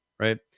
Right